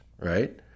right